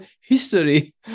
history